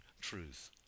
truth